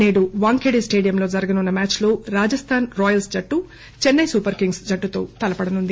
నేడు వాంఖేడే స్టేడియంలో జరగనున్న మ్యాచ్ లో రాజస్థాన్ రాయల్స్ జట్టు చెన్నై సూపర్ కింగ్స్ జట్టుతో తలపడనుంది